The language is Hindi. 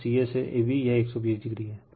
और ca से ab यह 120o है